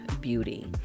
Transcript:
beauty